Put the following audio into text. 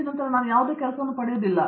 SC ನಂತರ ನಾನು ಯಾವುದೇ ಕೆಲಸವನ್ನು ಪಡೆಯುವುದಿಲ್ಲ